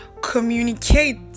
communicate